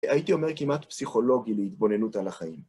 הייתי אומר כמעט פסיכולוגי להתבוננות על החיים.